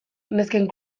nesken